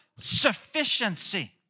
sufficiency